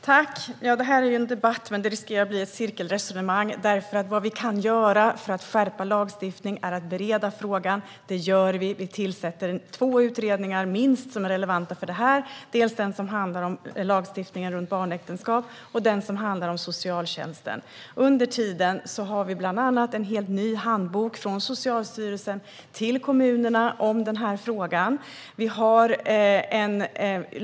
Herr talman! Detta är en debatt, men det riskerar att bli ett cirkelresonemang. Vad vi kan göra för att skärpa lagstiftning är att bereda frågan. Det gör vi. Vi tillsätter minst två utredningar som är relevanta för detta. Det är dels den utredning som handlar om lagstiftningen för barnäktenskap, dels den som handlar om socialtjänsten. Under tiden har vi bland annat en helt ny handbok från Socialstyrelsen till kommunerna om frågan.